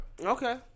Okay